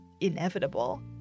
inevitable